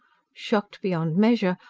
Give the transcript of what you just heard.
shocked beyond measure,